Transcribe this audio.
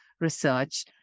research